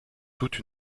toute